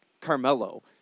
Carmelo